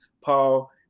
Paul